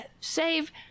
save